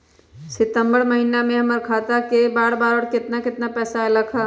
सितम्बर महीना में हमर खाता पर कय बार बार और केतना केतना पैसा अयलक ह?